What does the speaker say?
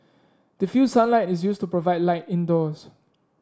diffused sunlight is used to provide light indoors